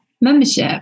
membership